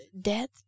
death